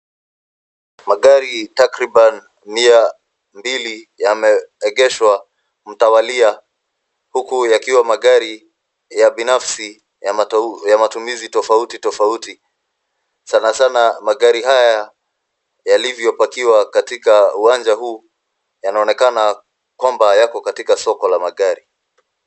Magari takriban mia mbili yameegeshwa mtawalia huku yakiwa magari ya binafsi ya matumizi tofauti tofauti, sana sana magari haya yaliovyopakiwa katika uwanja huu yanaonekana kwamba yako katika soko la magari.